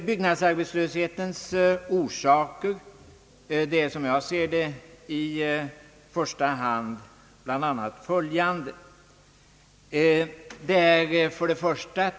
Byggnadsarbetslöshetens orsaker är, som jag ser det, i första hand följande.